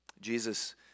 Jesus